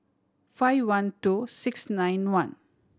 five one two six nine one